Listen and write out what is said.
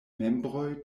membroj